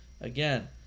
Again